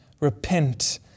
repent